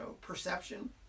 perception